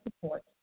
support